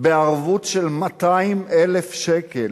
בערבות של 200,000 שקל,